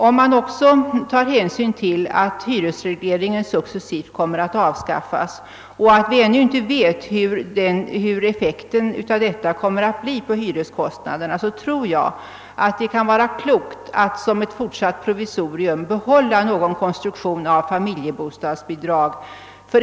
Om man också tar hänsyn till att hyresregleringen successivt kommer att avskaffas och att vi ännu inte vet hurudan effekten av detta kommer att bli på hyreskostnaderna, tror jag det kunde vara klokt att som ett fortsatt provisorium behålla någon form av familjebostadsbidrag.